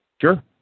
Sure